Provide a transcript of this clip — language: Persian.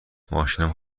ماشینم